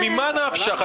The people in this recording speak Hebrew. הרי ממה נפשך?